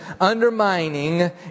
undermining